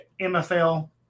MFL